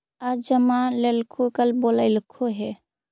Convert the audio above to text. आज जमा लेलको कल बोलैलको हे?